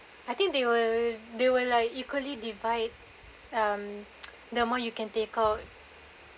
I think they will they will like equally divide um the amount you can take out